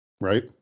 right